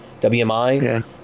wmi